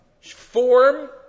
form